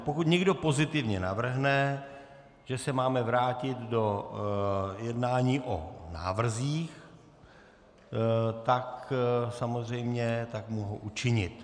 Pokud někdo pozitivně navrhne, že se máme vrátit do jednání o návrzích, mohu tak samozřejmě učinit.